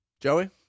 Joey